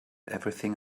everything